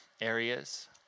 areas